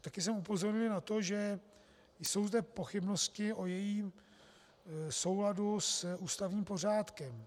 Také jsem upozornil na to, že jsou zde pochybnosti o jejím souladu s ústavním pořádkem.